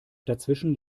dazwischen